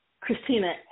Christina